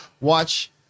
watch